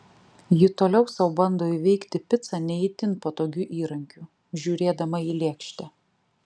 ji toliau sau bando įveikti picą ne itin patogiu įrankiu žiūrėdama į lėkštę